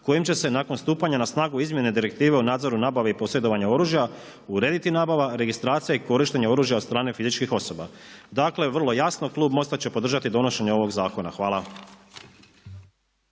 kojim će se nakon stupanja na snagu izmjene Direktive o nadzoru nabave i posjedovanja oružja, urediti nabava, registracija i korištenje oružja od strane fizičkih osoba. Dakle, vrlo jasno klub MOST-a će podržati donošenje ovog zakona. Hvala.